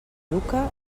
educa